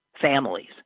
families